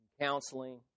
Counseling